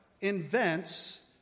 invents